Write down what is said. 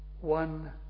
One